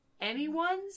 anyone's